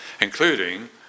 including